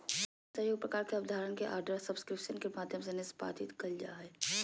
जन सहइोग प्रकार के अबधारणा के आर्डर सब्सक्रिप्शन के माध्यम से निष्पादित कइल जा हइ